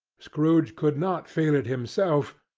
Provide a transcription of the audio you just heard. scrooge could not feel it himself,